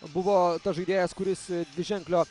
buvo tas žaidėjas kuris dviženklio